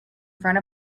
front